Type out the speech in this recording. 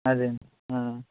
అది